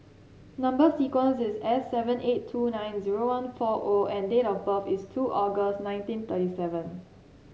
number sequence is S seven eight two nine zero one four O and date of birth is two August nineteen thirty seven